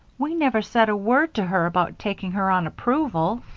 we never said a word to her about taking her on approval.